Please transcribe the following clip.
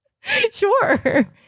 Sure